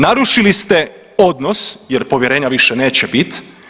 Narušili ste odnos jer povjerenja više neće biti.